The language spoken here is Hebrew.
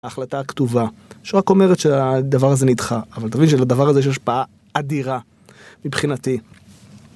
ההחלטה הכתובה, שרק אומרת שהדבר הזה נדחה, אבל תבין שלדבר הזה יש השפעה אדירה מבחינתי.